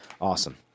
Awesome